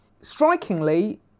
Strikingly